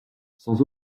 sans